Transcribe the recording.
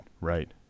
right